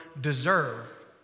deserve